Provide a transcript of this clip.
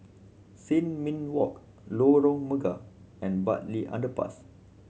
Sin Ming Walk Lorong Mega and Bartley Underpass